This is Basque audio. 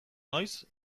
noiz